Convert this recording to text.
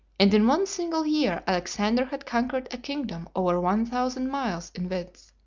and in one single year alexander had conquered a kingdom over one thousand miles in width.